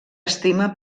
estima